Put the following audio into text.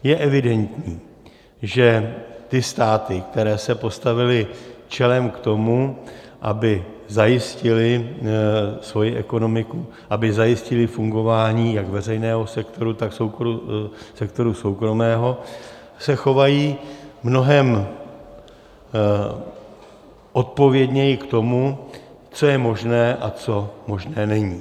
Je evidentní, že ty státy, které se postavily čelem k tomu, aby zajistily svoji ekonomiku, aby zajistily fungování jak veřejného sektoru, tak sektoru soukromého, se chovají mnohem odpovědněji k tomu, co je možné a co možné není.